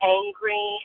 angry